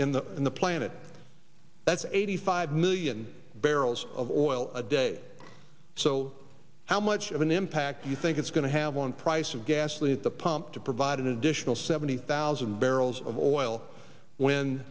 in the in the planet that's eighty five million barrels of oil a day so how much of an impact do you think it's going to have on price of gasoline at the pump to provide an additional seventy thousand barrels of oil when